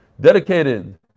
Dedicated